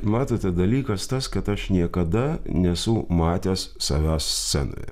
matote dalykas tas kad aš niekada nesu matęs savęs scenoje